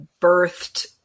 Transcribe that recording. birthed